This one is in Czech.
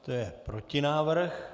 To je protinávrh.